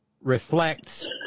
reflects